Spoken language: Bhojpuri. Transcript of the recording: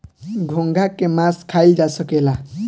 घोंघा के मास खाइल जा सकेला